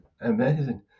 amazing